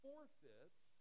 forfeits